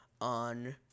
on